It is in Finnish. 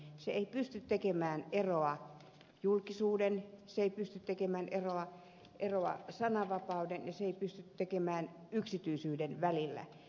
se ei pysty tekemään eroa julkisuuden se ei pysty tekemään eroa eroa sananvapauden ja yksityisyyden välillä